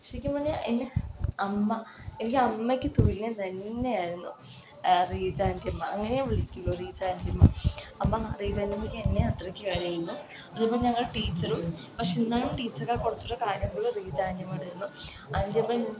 ശരിക്കും പറഞ്ഞാൽ എൻ്റെ അമ്മ എനിക്ക് അമ്മയ്ക്ക് തുല്യം തന്നെ ആയിരുന്നു റീജാൻറ്റിയമ്മ അങ്ങനെ വിളിക്കുള്ളു റീജാൻറ്റിയമ്മ അപ്പം റീജാൻറ്റിയമ്മക്ക് എന്നെ അത്രയ്ക്ക് കാര്യമായിരുന്നു അതിപ്പം ഞങ്ങളുടെ ടീച്ചറും പക്ഷെ എന്നാലും ടീച്ചറുടെ കുറച്ചും കൂടെ കാര്യം റീജാൻറ്റിയമ്മയോടായിരുന്നു ആൻറ്റിയമ്മ